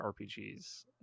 rpgs